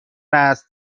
است